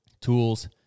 Tools